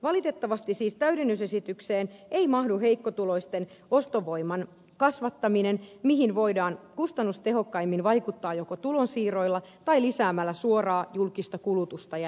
valitettavasti siis täydennysesitykseen ei mahdu heikkotuloisten ostovoiman kasvattaminen mihin voidaan kustannustehokkaimmin vaikuttaa joko tulonsiirroilla tai lisäämällä suoraa julkista kulutusta ja investointeja